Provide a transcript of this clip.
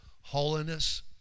holiness